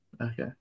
Okay